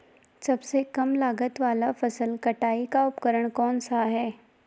सबसे कम लागत वाला फसल कटाई का उपकरण कौन सा है?